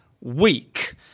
week